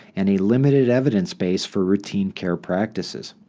and a limited evidence base for routine care practices.